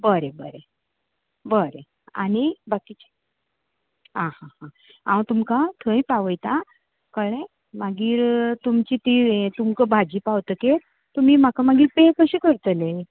बरें बरें बरें आनीक बाकीची आं हांव तुमकां थंय पावयतां कळ्लें मागीर तुमची ती तुमकां भाजी पावतकीर तुमी म्हाका पे कशे करतले